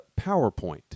PowerPoint